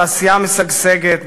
תעשייה משגשגת,